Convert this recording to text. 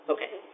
Okay